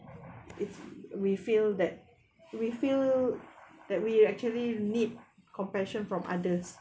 it's we feel that we feel that we actually need compassion from others